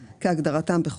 עשינו דיון אחד,